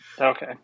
okay